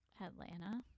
Atlanta